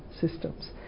systems